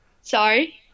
sorry